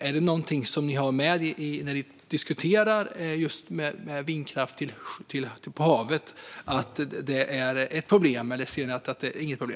Är det någonting som ni diskuterar när det gäller vindkraften till havs? Ser ni det som ett problem eller inte?